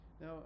Now